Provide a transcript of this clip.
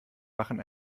machen